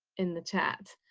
in the chat,